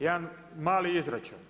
Jedan mali izračun.